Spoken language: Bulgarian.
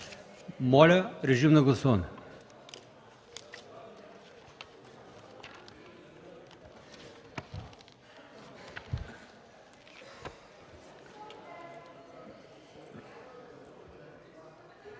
Моля, режим на гласуване.